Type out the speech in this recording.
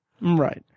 Right